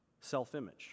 self-image